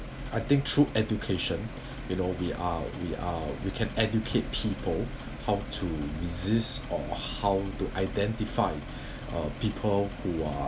I think through education you know we are we are we can educate people how to resist or how to identify uh people who are